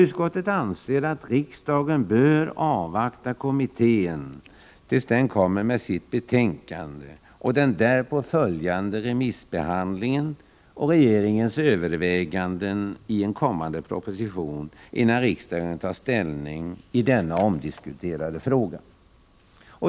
Utskottet anser att riksdagen bör avvakta kommitténs betänkande, den därpå följande remissbehandlingen samt regeringens överväganden i en kommande proposition, innan riksdagen tar ställning i denna omdiskuterade fråga.